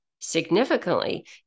significantly